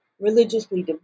religiously